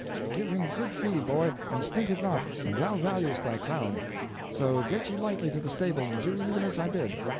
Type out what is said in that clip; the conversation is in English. give him good feed, boy, and stint it not, an thou valuest thy crown so get ye lightly to the stable and do even as i bid.